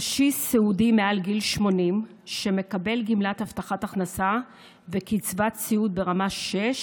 קשיש סיעודי מעל גיל 80 שמקבל גמלת הבטחת הכנסה וקצבת סיעוד ברמה 6,